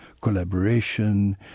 collaboration